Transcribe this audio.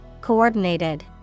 Coordinated